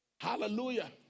hallelujah